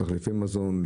תחליפי מזון,